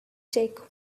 check